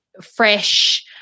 fresh